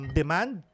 demand